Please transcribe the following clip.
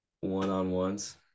One-on-ones